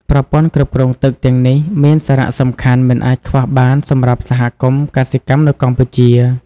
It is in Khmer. ប្រព័ន្ធគ្រប់គ្រងទឹកទាំងនេះមានសារៈសំខាន់មិនអាចខ្វះបានសម្រាប់សហគមន៍កសិកម្មនៅកម្ពុជា។